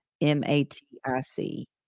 M-A-T-I-C